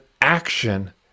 action